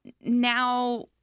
Now